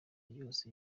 yose